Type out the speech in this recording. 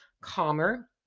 calmer